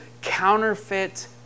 counterfeit